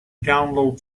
download